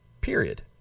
Period